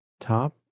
top